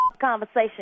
conversation